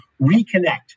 reconnect